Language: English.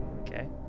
Okay